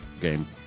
game